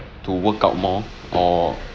to work out more or